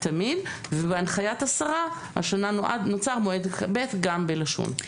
ובהנחיית השרה השנה נוצר מועד ב' גם בלשון.